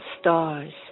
stars